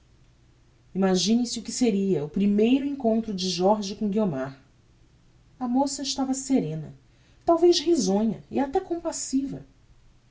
animação imagine-se o que seria o primeiro encontro de jorge com guiomar a moça estava serena talvez risonha e até compassiva